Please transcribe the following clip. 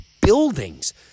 buildings